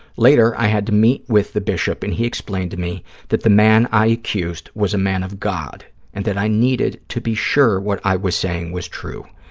later, i had to meet with the bishop and he explained to me that the man i accused was a man of god and that i needed to be sure what i was saying was true.